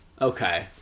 Okay